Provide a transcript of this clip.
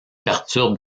perturbe